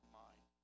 mind